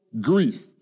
grief